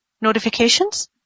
notifications